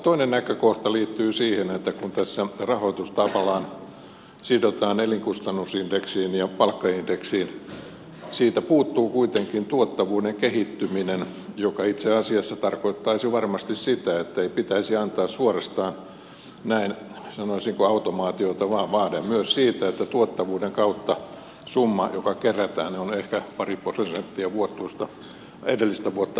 toinen näkökohta liittyy siihen että kun tässä rahoitus tavallaan sidotaan elinkustannusindeksiin ja palkkaindeksiin siitä puuttuu kuitenkin tuottavuuden kehittyminen joka itse asiassa tarkoittaisi varmasti sitä ettei pitäisi antaa suorastaan näin sanoisinko automaatiota vaan vaade myös siitä että tuottavuuden kautta summa joka kerätään on ehkä pari prosenttia edellistä vuotta alhaisempi